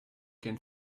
can